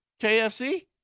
kfc